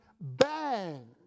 bang